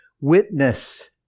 witness